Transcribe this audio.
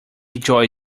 joy